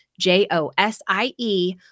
J-O-S-I-E